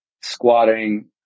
squatting